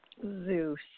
Zeus